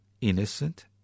innocent